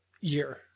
year